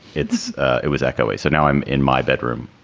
it's it was echoey. so now i'm in my bedroom,